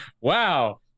Wow